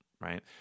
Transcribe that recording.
right